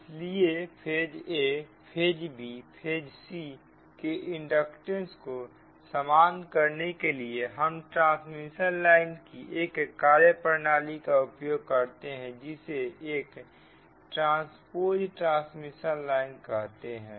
इसलिए phase a phase b phase c के inductance को समान करने के लिए हम ट्रांसमिशन लाइन की एक कार्यप्रणाली का उपयोग करते हैं जिसे एक ट्रांस्पोज ट्रांसमिशन लाइन कहते हैं